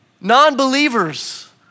non-believers